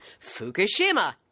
Fukushima